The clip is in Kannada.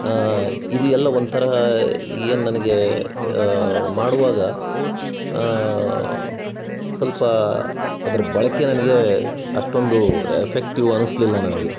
ಇದು ಎಲ್ಲ ಒಂಥರ ಏನು ನನಗೆ ಮಾಡುವಾಗ ಸ್ವಲ್ಪ ಅದ್ರ ಬಳಕೆ ನನಗೆ ಅಷ್ಟೊಂದು ಎಫೆಕ್ಟಿವ್ ಅನ್ನಿಸ್ಲಿಲ್ಲ ನನಗೆ